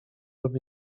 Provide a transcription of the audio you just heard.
lub